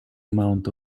amount